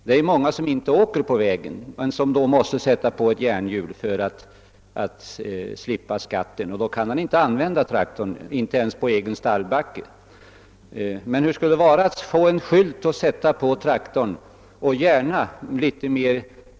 Det är många som inte kör på väg, och de måste nu sätta på järnhjul för att slippa skatten, men då kan de inte använda traktorn ens på egen stallbacke. Man kunde gärna också differentiera traktorskatten litet mer.